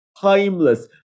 timeless